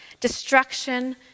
Destruction